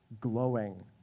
glowing